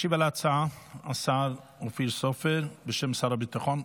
ישיב על ההצעה השר אופיר סופר בשם שר הביטחון.